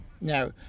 now